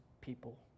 people